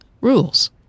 rules